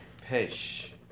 page